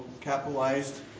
capitalized